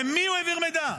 למי הוא העביר מידע,